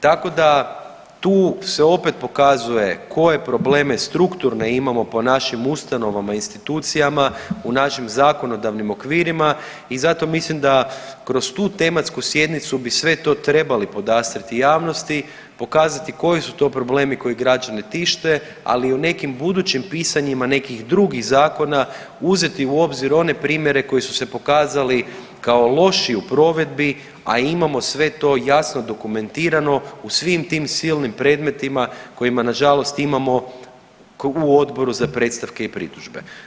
Tako da tu se opet pokazuje koje probleme strukturne imamo po našim ustanovama i institucijama u našim zakonodavnim okvirima i zato mislim da kroz tu tematsku sjednicu bi sve to trebali podastrijeti javnosti, pokazati koji su to problemi koji građane tište ali i u nekim budućim pisanjima nekih drugih zakona uzeti u obzir one primjere koji su se pokazali kao loši u provedbi, a imamo sve to jasno dokumentiramo u svim tim silnim predmetima kojima nažalost imamo u Odboru za predstavke i pritužbe.